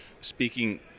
speaking